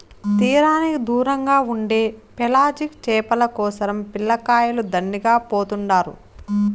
తీరానికి దూరంగా ఉండే పెలాజిక్ చేపల కోసరం పిల్లకాయలు దండిగా పోతుండారు